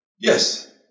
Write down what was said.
Yes